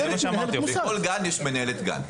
זה מה שאמרתי, לכל גן יש מנהלת גן.